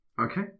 Okay